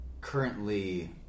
currently